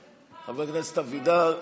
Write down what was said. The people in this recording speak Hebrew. חבר הכנסת אבידר.